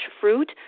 fruit